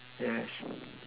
yes